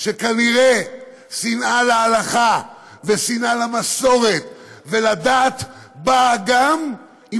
כנראה שנאה להלכה ושנאה למסורת ולדת באה גם עם